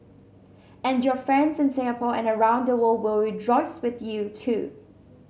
and your friends in Singapore and around the world will rejoice with you too